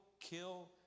kill